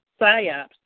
PSYOPs